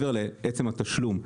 אני מתכבד לפתוח את ישיבת ועדת הכלכלה.